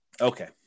Okay